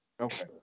Okay